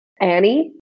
Annie